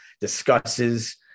discusses